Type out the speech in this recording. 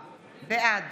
משה אבוטבול, בעד